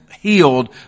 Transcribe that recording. healed